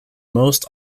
most